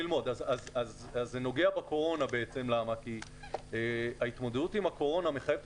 זה נוגע לקורונה כי ההתמודדות עם הקורונה מחייבת